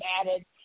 added